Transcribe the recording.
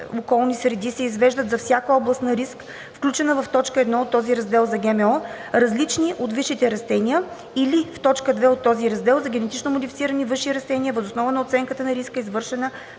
околни среди се извеждат за всяка област на риск, включена в т. 1 от този раздел за ГМО, различни от висши растения; или в т. 2 от този раздел – за генетично модифицирани висши растения, въз основа на оценката на риска, извършена